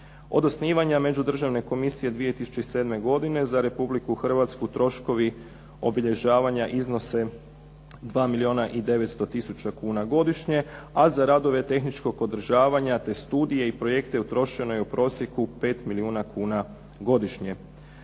Od osnivanja međudržavne komisije 2007. godine za Republiku Hrvatsku troškovi obilježavanja iznose 2 milijuna i 900 tisuća kuna godišnje, a za radove tehničkog održavanja, te studije i projekte utrošeno je u prosjeku 5 milijuna kuna godišnje.